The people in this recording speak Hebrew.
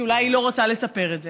כי אולי היא לא רוצה לספר את זה.